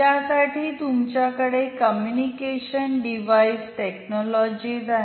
यासाठी तुमच्याकडे communication device technologies आहेत